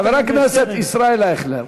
חבר הכנסת ישראל אייכלר,